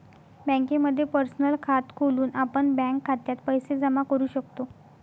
बँकेमध्ये पर्सनल खात खोलून आपण बँक खात्यात पैसे जमा करू शकतो